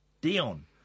Dion